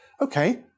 okay